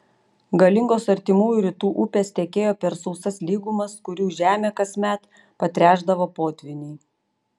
galingos artimųjų rytų upės tekėjo per sausas lygumas kurių žemę kasmet patręšdavo potvyniai